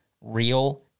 real